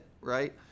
right